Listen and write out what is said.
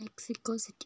Mexico city